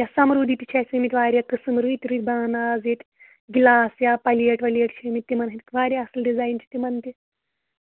یا سَمروٗدی تہِ چھِ اَسہِ ٲمٕتۍ واریاہ قٕسم رٕتۍ رٕتۍ بانہٕ آز ییٚتہِ گِلاس یا پَلیٹ وَلیٹ چھِ آمٕتۍ تِمَن ہِنٛدۍ واریاہ اَصٕل ڈِزاین چھِ تِمَن تہِ